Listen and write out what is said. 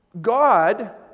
God